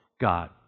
God